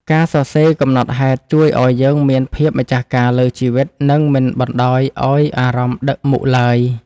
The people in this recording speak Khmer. ការសរសេរកំណត់ហេតុជួយឱ្យយើងមានភាពម្ចាស់ការលើជីវិត និងមិនបណ្ដោយឱ្យអារម្មណ៍ដឹកមុខឡើយ។